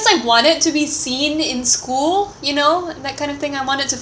I wanted to be seen in school you know that kind of thing I wanted to